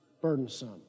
burdensome